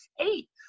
eight